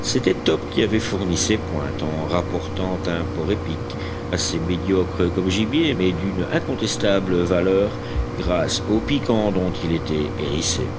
c'était top qui avait fourni ces pointes en rapportant un porc-épic assez médiocre comme gibier mais d'une incontestable valeur grâce aux piquants dont il était hérissé